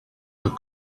the